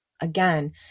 Again